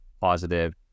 positive